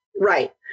Right